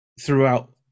throughout